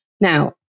Now